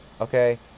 okay